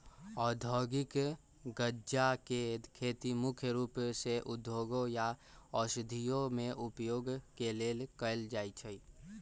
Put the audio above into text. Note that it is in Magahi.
औद्योगिक गञ्जा के खेती मुख्य रूप से उद्योगों या औषधियों में उपयोग के लेल कएल जाइ छइ